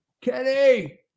kenny